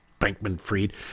Bankman-Fried